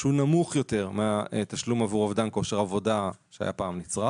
שהוא נמוך יותר מהתשלום עבור אובדן כושר עבודה שהיה פעם נצרך